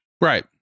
right